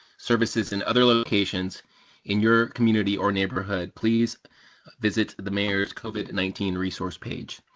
services, and other locations in your community or neighborhood, please visit the mayor's covid nineteen resource page.